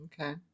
Okay